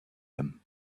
them